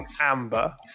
Amber